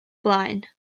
blaen